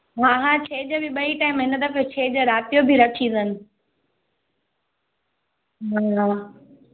हा हा छेॼ बि ॿई टाईम हिन दफ़े छेॼ रात जो बि रखी अथनि हा